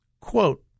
Quote